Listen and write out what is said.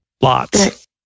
Lots